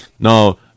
Now